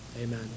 Amen